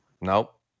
Nope